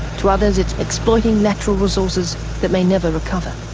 to others it's exploiting natural resources that may never recover.